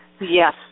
Yes